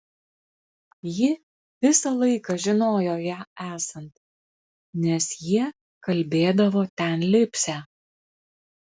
ji visą laiką žinojo ją esant nes jie kalbėdavo ten lipsią